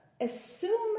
assume